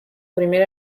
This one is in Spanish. primer